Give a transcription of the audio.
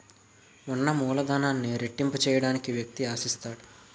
ఉన్న మూలధనాన్ని రెట్టింపు చేయడానికి వ్యక్తి ఆశిస్తాడు